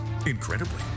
Incredibly